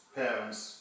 parents